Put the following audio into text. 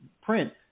print